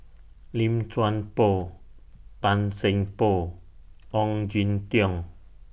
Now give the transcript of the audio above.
Lim Chuan Poh Tan Seng Poh Ong Jin Teong